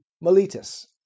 Miletus